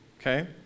Okay